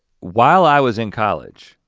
while i was in college,